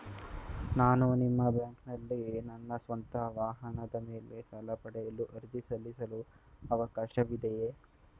ನಾನು ನಿಮ್ಮ ಬ್ಯಾಂಕಿನಲ್ಲಿ ನನ್ನ ಸ್ವಂತ ವಾಹನದ ಮೇಲೆ ಸಾಲ ಪಡೆಯಲು ಅರ್ಜಿ ಸಲ್ಲಿಸಲು ಅವಕಾಶವಿದೆಯೇ?